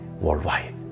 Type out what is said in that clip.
worldwide